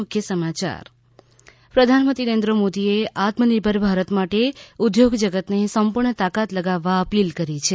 ૈ પ્રધાનમંત્રી નરેન્દ્ર મોદીએ આત્મનિર્ભર ભારત માટે ઉદ્યોગ જગતને સંપૂર્ણ તાકાત લગાવવા અપીલ કરી છે